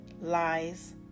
lies